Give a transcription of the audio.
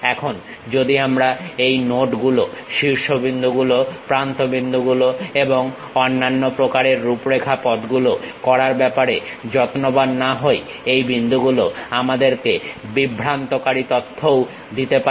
এখন যদি আমরা এই নোড গুলো শীর্ষবিন্দুগুলো প্রান্ত বিন্দু গুলো এবং অন্যান্য প্রকারের রূপরেখা পথগুলো করার ব্যাপারে যত্নবান না হই একই বিন্দুগুলো আমাদেরকে বিভ্রান্তকারি তথ্যও দিতে পারে